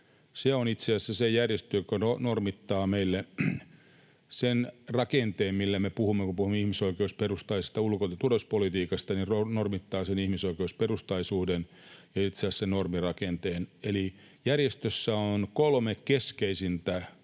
Se on itse asiassa se järjestö, joka normittaa meille sen rakenteen, mistä me puhumme, kun puhumme ihmisoikeusperustaisesta ulko- ja turvallisuuspolitiikasta. Se normittaa sen ihmisoikeusperustaisuuden ja itse asiassa sen normirakenteen. Eli järjestössä on kolme keskeisintä